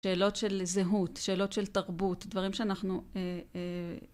שאלות של זהות שאלות של תרבות דברים שאנחנו